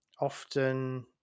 often